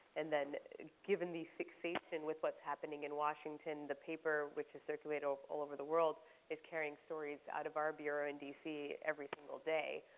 and then given the fixation with what's happening in washington, the paper, which is circulated all over the world is carrying stories out of our bureau in dc every single day.